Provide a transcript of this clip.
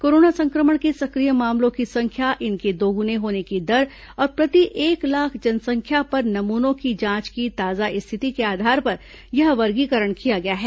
corona संक्रमण के सक्रिय मामलों की संख्या इनके दोगुने होने की दर और प्रति एक लाख जनसंख्या पर नमूनों की जांच की ताजा स्थिति के आधार पर यह वर्गीकरण किया गया है